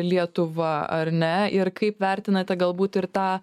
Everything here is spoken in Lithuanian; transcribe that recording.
lietuva ar ne ir kaip vertinate galbūt ir tą